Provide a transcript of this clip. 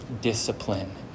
discipline